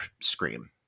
Scream